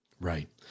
Right